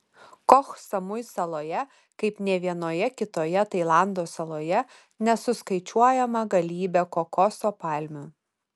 koh samui saloje kaip nė vienoje kitoje tailando saloje nesuskaičiuojama galybė kokoso palmių